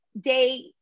day